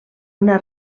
una